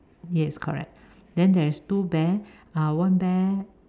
yes correct then there is two bear uh one bear